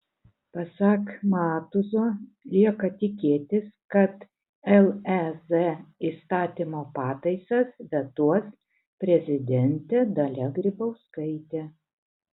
pasak matuzo lieka tikėtis kad lez įstatymo pataisas vetuos prezidentė dalia grybauskaitė